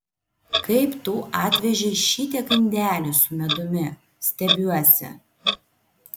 kaip tu atvežei šitiek indelių su medumi stebiuosi